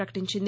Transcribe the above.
ప్రపకటించింది